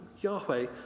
Yahweh